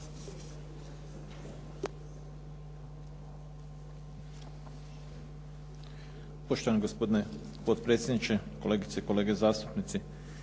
poštovani gospodine potpredsjedniče, kolegice i kolege, državni